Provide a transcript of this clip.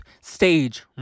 stage